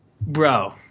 bro